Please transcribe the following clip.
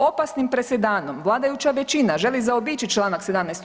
Opasnim presedanom vladajuća većina želi zaobići čl. 17.